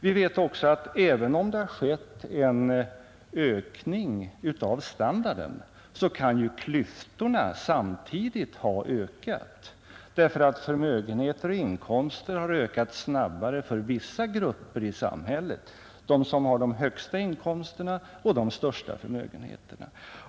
Vi vet också att även om det har skett en ökning av standarden, kan klyftorna samtidigt ha ökat därför att förmögenheter och inkomster har ökat snabbare för vissa grupper i samhället — för dem som har de högsta inkomsterna och de största förmögenheterna.